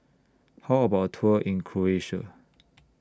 How about Tour in Croatia